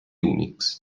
unix